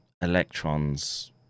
electrons